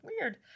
Weird